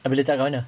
kamu letak kat mana